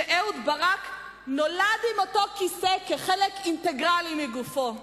שאהוד ברק נולד עם אותו כיסא כחלק אינטגרלי של גופו.